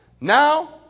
Now